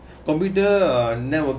computer network